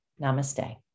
Namaste